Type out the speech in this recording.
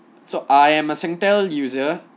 so I am a singtel user